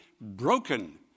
broken